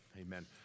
Amen